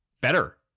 better